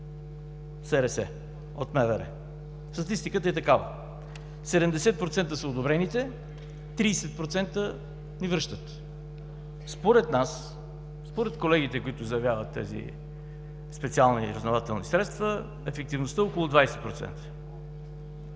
СРС от МВР. Статистиката е такава: 70% са одобрените, 30% ни връщат. Според нас, според колегите, които заявяват тези специални разузнавателни средства, ефективността е около 20%.